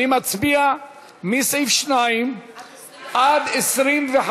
נצביע מסעיף 2 עד 25,